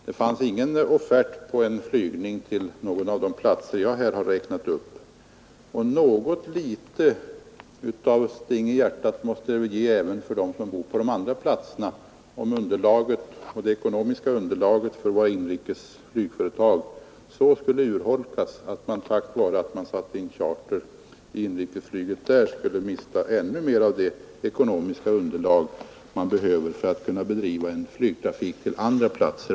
Det fanns ingen offert på flygning till någon av de platser som jag här har räknat upp. Något litet sting i hjärtat måste det väl ge dem som bor på de andra platserna, om man genom att sätta in charter på en viss linje ännu mer urholkar det ekonomiska underlag som våra inrikes flygföretag behöver för att kunna bedriva trafik också på andra linjer.